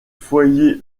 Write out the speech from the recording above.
foyers